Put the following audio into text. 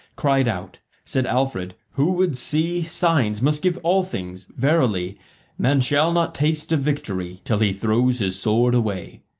cried out. said alfred who would see signs, must give all things. verily man shall not taste of victory till he throws his sword away.